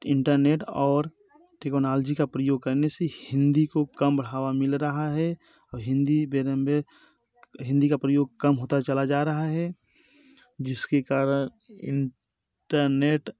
internet और technology का प्रयोग करने से हिन्दी को कम बढ़ावा मिल रहा है और हिन्दी बे दम बे हिन्दी का प्रयोग कम होता चला जा रहा है जिसके कारण इंटर्नेट